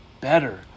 better